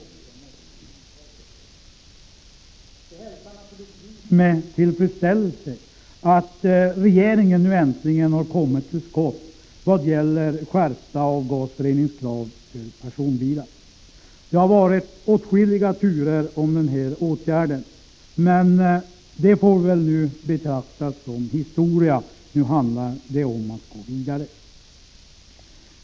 Vi hälsar naturligtvis med tillfredsställelse att regeringen nu äntligen har kommit till skott vad gäller skärpta avgasreningskrav för personbilar. Det har varit åtskilliga turer kring den här åtgärden. Men detta får väl nu betraktas som historia — nu handlar det om att gå vidare.